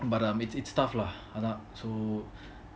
but um it's it's tough lah அதன்:athan so